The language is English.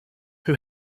who